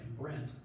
Brent